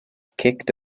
kicked